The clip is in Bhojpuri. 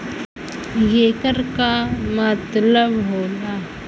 येकर का मतलब होला?